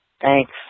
Thanks